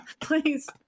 please